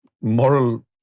moral